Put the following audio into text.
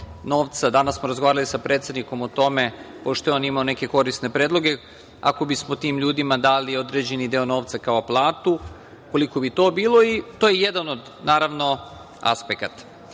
novca. Danas smo razgovarali sa predsednikom o tome, pošto je on imao neke korisne predloge, ako bismo tim ljudima dali određeni deo novca kao platu, koliko bi to bilo i to je jedan od aspekata.